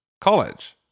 college